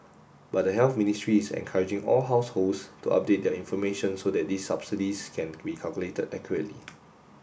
but the Health Ministry is encouraging all households to update their information so that these subsidies can be calculated accurately